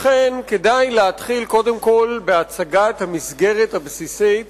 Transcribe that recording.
לכן כדאי להתחיל קודם כול בהצגת המסגרת הבסיסית